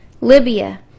Libya